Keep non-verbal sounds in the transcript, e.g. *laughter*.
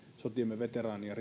sotiemme veteraanien *unintelligible*